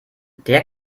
der